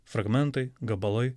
fragmentai gabalai